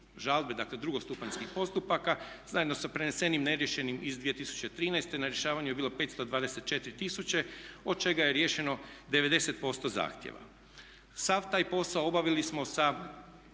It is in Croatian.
dakle drugostupanjski postupak zajedno sa prenesenim neriješenim iz 2013. Na rješavanju je bilo 524 tisuće od čega je riješeno 90% zahtjeva. Sav taj posao obavili smo sa